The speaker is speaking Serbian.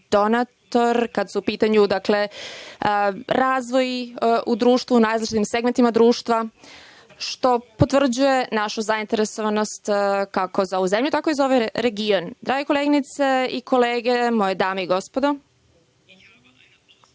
donator kad su u pitanju razvoji u društvu u najrazličitijim segmentima društva, što potvrđuje našu zainteresovanost kako za ovu zemlju, tako i za ovaj region. Drage koleginice i kolege, moje dame i gospodo,